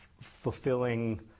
fulfilling